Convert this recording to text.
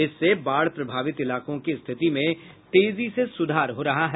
इससे बाढ़ प्रभावित इलाकों की स्थिति में तेजी से सुधार हो रहा है